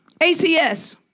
ACS